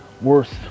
worse